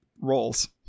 roles